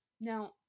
Now